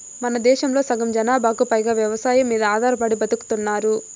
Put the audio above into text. మనదేశంలో సగం జనాభాకు పైగా వ్యవసాయం మీద ఆధారపడి బతుకుతున్నారు